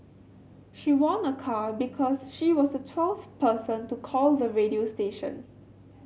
she won a car because she was the twelfth person to call the radio station